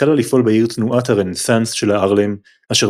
החלה לפעול בעיר תנועת הרנסאנס של הארלם אשר